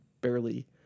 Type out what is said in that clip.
barely